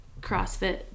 CrossFit